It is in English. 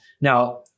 Now